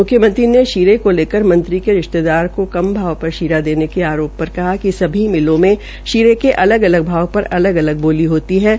मुख्यमंत्री ने शीरे को लेकर मंत्री के रिश्तेदार को कम भाव पर शीरा देने के आरोप पर कहा कि सभी मिलों में शीरो के अलग अलग भाव पर बोली होतीहै